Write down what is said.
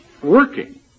working